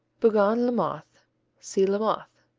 bougon lamothe see lamothe.